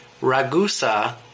Ragusa